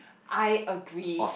I agree